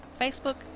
Facebook